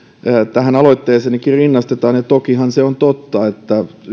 tähän aloitteeseenikin rinnastetaan ja tokihan se on totta että